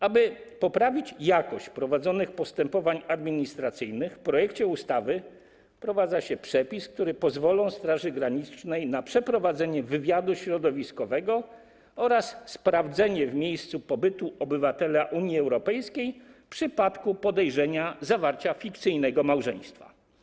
Aby poprawić jakość prowadzonych postępowań administracyjnych, w projekcie ustawy wprowadza się przepis, który pozwala Straży Granicznej na przeprowadzenie wywiadu środowiskowego oraz sprawdzenie w miejscu pobytu obywatela Unii Europejskiej w przypadku podejrzenia zawarcia fikcyjnego małżeństwa.